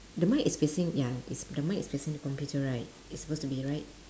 the mic is facing ya it's the mic is facing the computer right it's supposed to be right